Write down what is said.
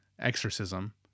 exorcism